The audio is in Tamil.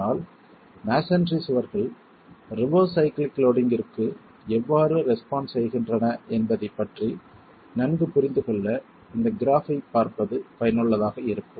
ஆனால் மஸோன்றி சுவர்கள் ரிவெர்ஸ் சைக்ளிக் லோடிங்ற்கு எவ்வாறு ரெஸ்பான்ஸ் செய்கின்றன என்பதைப் பற்றி நன்கு புரிந்துகொள்ள இந்த கிராப் ஐப் பார்ப்பது பயனுள்ளதாக இருக்கும்